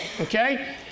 Okay